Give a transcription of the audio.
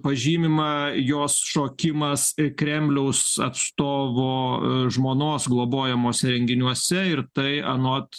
pažymima jos šokimas kremliaus atstovo žmonos globojamuose renginiuose ir tai anot